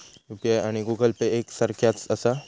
UPI आणि Google Pay एक सारख्याच आसा?